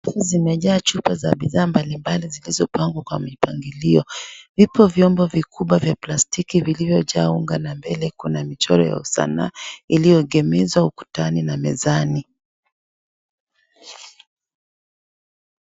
Zimejaa chupa za bidhaa mbalimbali zilizopangwa kwa mipangilio. Vipo vyombo vikubwa vya plastiki vilivyojaa unga na mbele kuna michoro ya sanaa iliyoegemezwa ukutani na mezani.